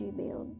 Gmail